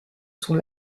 son